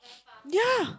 ya